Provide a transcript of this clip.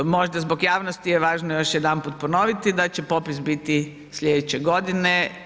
Možda zbog javnosti je važno još jedanput ponoviti da će popis biti sljedeće godine.